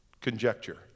conjecture